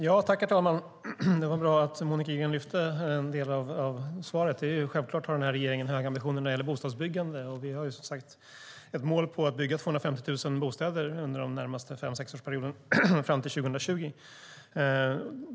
Herr talman! Det var bra att Monica Green lyfte fram en del av svaret. Självklart har regeringen höga ambitioner när det gäller bostadsbyggande. Vi har ett mål om att bygga 250 000 bostäder under den närmaste fem till sexårsperioden fram till 2020.